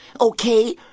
Okay